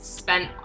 spent